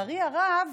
לצערי הרב,